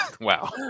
Wow